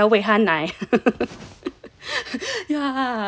喂他奶